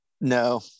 No